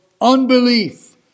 unbelief